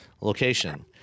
location